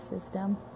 system